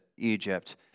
Egypt